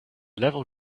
level